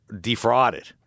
defrauded